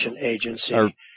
agency